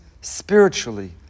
spiritually